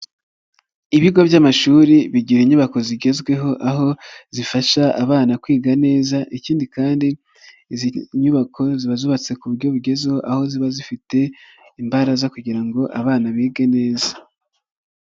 Ibigo by'amashuri bigira inyubako zigezweho aho zifasha abana kwiga neza ikindi kandi izi nyubako ziba zubatse ku buryo bugezweho aho ziba zifite imbaragara kugira ngo abana bige neza.